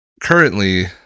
Currently